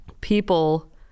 people